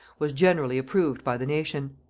was generally approved by the nation.